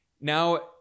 Now